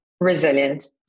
resilient